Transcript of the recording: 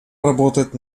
работать